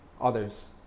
others